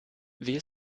wir